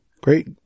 great